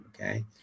okay